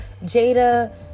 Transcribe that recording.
Jada